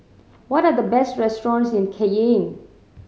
what are the best restaurants in Cayenne